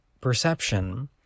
perception